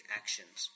actions